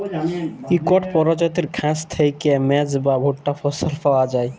ইকট পরজাতির ঘাঁস থ্যাইকে মেজ বা ভুট্টা ফসল পাউয়া যায়